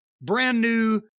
brand-new